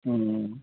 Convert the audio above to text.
ہوں